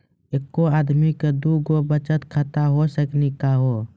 एके आदमी के दू गो बचत खाता हो सकनी का हो?